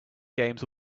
games